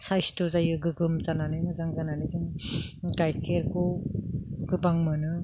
साइस्त' जायो गोग्गोम जानानै मोजां जानानै जों गाइखेरखौ गोबां मोनो